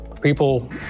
People